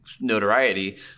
notoriety